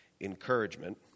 encouragement